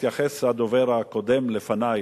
והתייחס הדובר הקודם לפני,